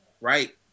Right